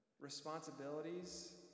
responsibilities